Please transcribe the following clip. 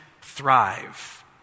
thrive